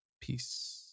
Peace